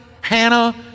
Hannah